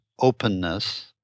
openness